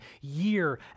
year